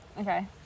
Okay